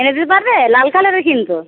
এনে দিতে পারবে লাল কালারের কিন্তু